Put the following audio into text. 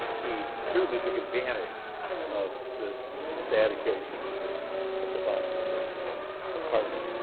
he certainly took advantage of this sad occasion of the of the bombing of those apartments.